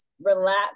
relax